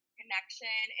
connection